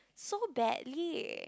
so badly